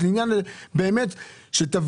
יש לי עניין, באמת, שתבינו.